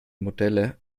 modelle